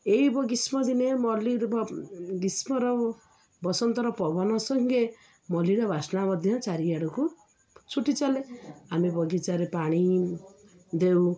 ଏଇ ବ ଗ୍ରୀଷ୍ମ ଦିନେ ମଲ୍ଲୀର ଗ୍ରୀଷ୍ମର ବସନ୍ତର ପବନ ସଙ୍ଗେ ମଲ୍ଲୀର ବାସ୍ନା ମଧ୍ୟ ଚାରିଆଡ଼କୁ ଛୁଟି ଚାଲେ ଆମେ ବଗିଚାରେ ପାଣି ଦେଉ